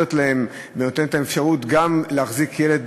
ונותנת להם את האפשרות גם להחזיק ילד